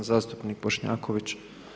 Zastupnik Bošnjaković.